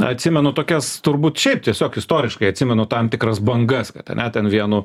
atsimenu tokias turbūt šiaip tiesiog istoriškai atsimenu tam tikras bangas kad ane ten vienu